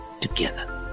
together